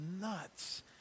nuts